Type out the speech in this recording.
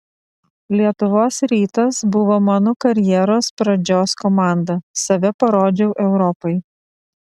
lietuvos rytas buvo mano karjeros pradžios komanda save parodžiau europai